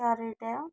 क्या रेट है